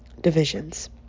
divisions